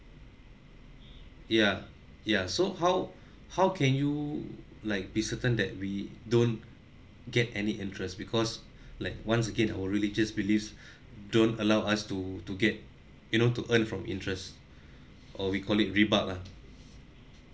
yeah yeah so how how can you like be certain that we don't get any interest because like once again our religious beliefs don't allow us to to get you know to earn from interest or we call it rebut lah